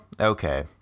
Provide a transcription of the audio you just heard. Okay